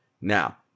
Now